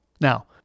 Now